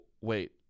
Wait